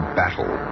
battle